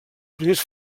primers